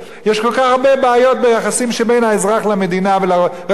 יש כל כך הרבה בעיות ביחסים שבין האזרח למדינה ולרשויות.